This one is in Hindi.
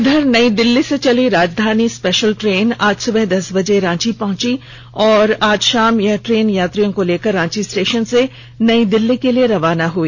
इधर नई दिल्ली से चली राजधानी स्पेषल ट्रेन आज सुबह दस बजे रांची पहुंची और शाम में यह ट्रेन यात्रियों को लेकर रांची स्टेषन से नई दिल्ली के लिए रवाना हुई